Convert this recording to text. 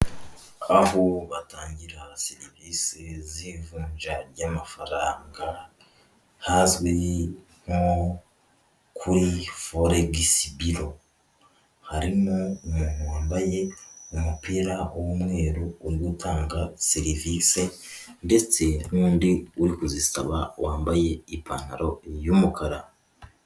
Aho batangira serivisi z'ivunja ry'amafaranga hazwi nko kuri Foregisi biro, harimo umuntu wambaye umupira w'umweru uri gutanga serivise ndetse n'undi uri kuzisaba wambaye ipantaro y'umukara.